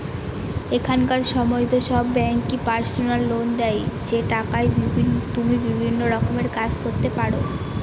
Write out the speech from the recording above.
এখনকার সময়তো সব ব্যাঙ্কই পার্সোনাল লোন দেয় যে টাকায় তুমি বিভিন্ন রকমের কাজ করতে পারো